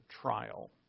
trial